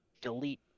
delete